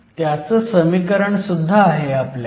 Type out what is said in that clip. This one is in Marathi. त्याचं समीकरण सुद्धा आहे आपल्याकडे